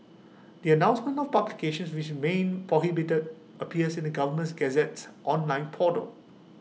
the announcement of publications which remain prohibited appears in the governments Gazette's online portal